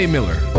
Miller